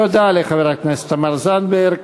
תודה לחברת הכנסת תמר זנדברג.